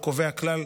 אך הוא קובע כלל,